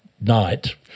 night